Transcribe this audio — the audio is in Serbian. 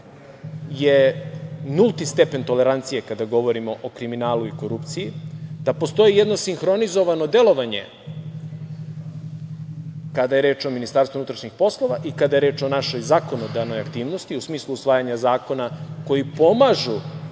je nulti stepen tolerancije, kada govorimo o kriminalu i korupciji, da postoji jedno sinhronizovano delovanje kada je reč o MUP-u i kada je reč o našoj zakonodavnoj aktivnosti u smislu usvajanja zakona koji pomažu